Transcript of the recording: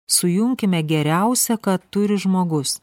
sujunkime geriausia ką turi žmogus